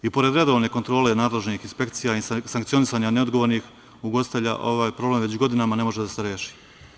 I pored redovne kontrole nadležnih inspekcija i sankcionisanja neodgovornih ugostitelja, ovaj problem već godinama ne može da se reši.